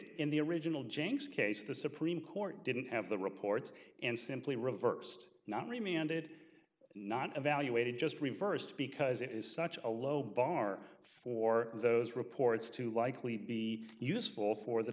in the original janks case the supreme court didn't have the reports and simply reversed not remitted not evaluated just reversed because it is such a low bar for those reports to likely be useful for the